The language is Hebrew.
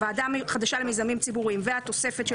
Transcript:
"הוועדה החדשה למיזמים ציבוריים" והתוספת של